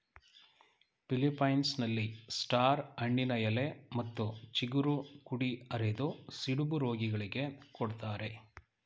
ಫಿಲಿಪ್ಪೈನ್ಸ್ನಲ್ಲಿ star ಹಣ್ಣಿನ ಎಲೆ ಮತ್ತು ಚಿಗುರು ಕುಡಿ ಅರೆದು ಸಿಡುಬು ರೋಗಿಗಳಿಗೆ ಕೊಡ್ತಾರೆ